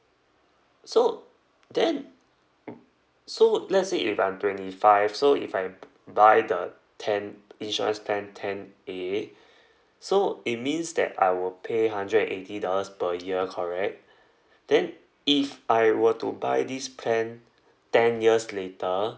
so then mm so let's say if I'm twenty five so if I b~ buy the ten insurance plan ten A so it means that I will pay hundred and eighty dollars per year correct then if I were to buy this plan ten years later